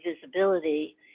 visibility